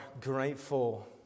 grateful